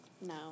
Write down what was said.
No